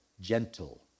Gentle